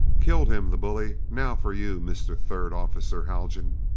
killed him, the bully! now for you, mr. third officer haljan!